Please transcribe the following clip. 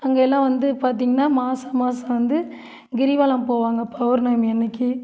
அங்கே எல்லாம் வந்து பார்த்திங்கனா மாத மாதம் வந்து கிரிவலம் போவாங்க பௌர்ணமி அன்னிக்கு